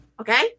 Okay